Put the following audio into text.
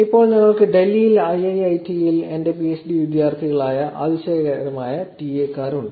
ഇപ്പോൾ ഞങ്ങൾക്ക് ഡൽഹിയിൽ ഐഐഐടിയിൽ എന്റെ പിഎച്ച്ഡി വിദ്യാർത്ഥികളായ മുഴുവൻ അതിശയകരമായ ടിഎ ഉണ്ട്